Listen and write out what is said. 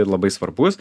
ir labai svarbus